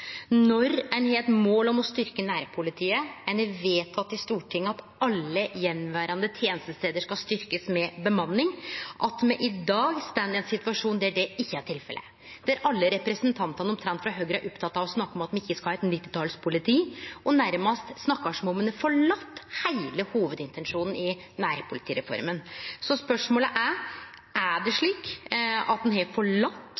når ein har eit mål om å styrkje nærpolitiet, og ein har vedteke i Stortinget at alle attverande tenestestader skal styrkjast med bemanning, at me i dag står i ein situasjon der dette ikkje er tilfellet? Omtrent alle representantar for Høgre er opptekne av å snakke om at me ikkje skal ha eit 1990-talspoliti, og snakkar nærmast som om ein har forlate heile hovudintensjonen i nærpolitireforma. Så spørsmålet er: Er det